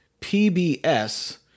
PBS